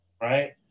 right